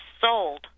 sold